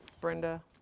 Brenda